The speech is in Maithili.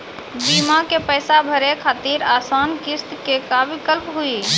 बीमा के पैसा भरे खातिर आसान किस्त के का विकल्प हुई?